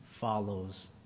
follows